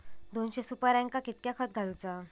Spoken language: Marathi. दोनशे सुपार्यांका कितक्या खत घालूचा?